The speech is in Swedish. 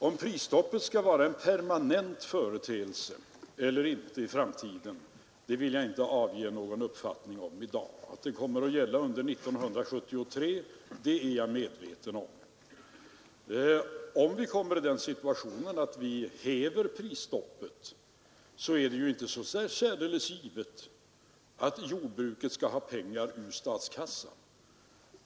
Om prisstoppet skall vara en permanent företeelse eller inte i framtiden vill jag inte avge någon uppfattning om i dag. Jag är medveten om att det kommer att gälla under 1973. Om vi kommer i den situtationen att vi häver prisstoppet är det inte så givet att jordbruket skall ha pengar ur statskassan.